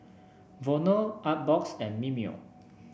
Vono Artbox and Mimeo